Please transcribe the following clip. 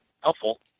helpful